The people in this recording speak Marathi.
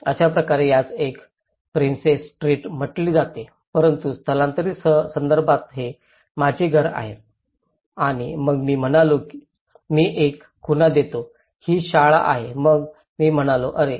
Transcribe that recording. अशाप्रकारे यास एक प्रिन्सेस स्ट्रीट म्हटले जाते परंतु स्थानांतरित संदर्भात हे माझे घर आहे आणि मग मी म्हणालो मी एक खुणा देतो ही शाळा आहे मग मी म्हणालो अरे